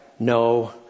no